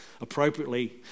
appropriately